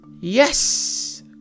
Yes